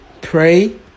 pray